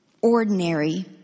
ordinary